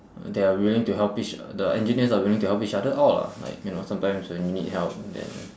they're willing to help each the engineers are willing to help each other out lah like you know sometimes when you need help then